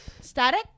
Static